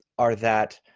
are that